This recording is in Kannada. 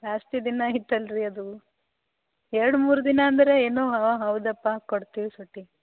ಜಾಸ್ತಿ ದಿನ ಆಯ್ತು ಅಲ್ರಿ ಅದು ಎರಡು ಮೂರು ದಿನ ಅಂದರೆ ಏನೋ ಹೌದಪ್ಪ ಕೊಡ್ತೀವಿ ಸೂಟಿಗೆ